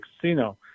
casino